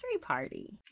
party